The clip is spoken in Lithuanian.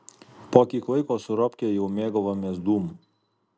po kiek laiko su robke jau mėgavomės dūmu